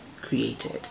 created